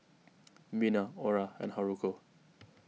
Bina Ora and Haruko